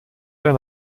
der